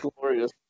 glorious